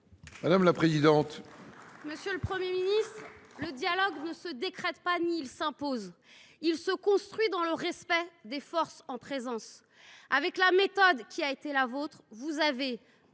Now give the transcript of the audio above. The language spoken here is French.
Monsieur le Premier ministre, le dialogue ne se décrète pas, pas plus qu’il ne s’impose. Il se construit dans le respect des forces en présence. Avec la méthode qui a été la vôtre, vous avez